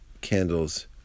candles